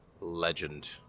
legend